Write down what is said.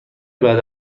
بعد